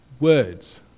Words